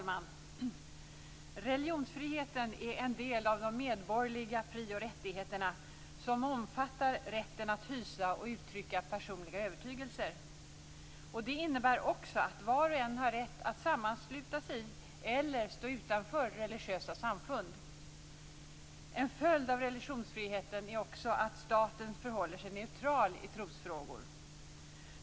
Fru talman! Religionsfriheten är en del av de medborgerliga fri och rättigheter som omfattas av rätten att hysa och uttrycka personliga övertygelser. Det innebär också att var och en har rätt att sammansluta sig i eller stå utanför religiösa samfund. En följd av religionsfriheten är också att staten förhåller sig neutral i trosfrågor.